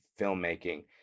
filmmaking